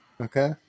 okay